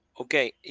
Okay